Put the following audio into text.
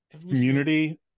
Community